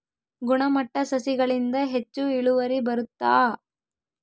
ಗುಣಮಟ್ಟ ಸಸಿಗಳಿಂದ ಹೆಚ್ಚು ಇಳುವರಿ ಬರುತ್ತಾ?